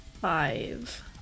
Five